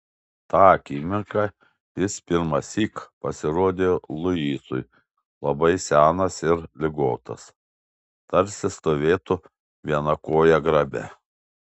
tą akimirką jis pirmąsyk pasirodė luisui labai senas ir ligotas tarsi stovėtų viena koja grabe